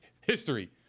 history